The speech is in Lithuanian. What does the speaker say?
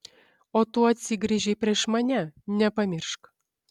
o tu atsigręžei prieš mane nepamiršk